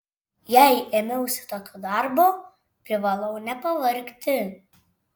jei ėmiausi tokio darbo privalau nepavargti